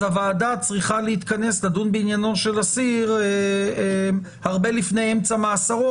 אז הוועדה צריכה להתכנס לדון בעניינו של אסיר הרבה לפני אמצע מאסרו,